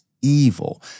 evil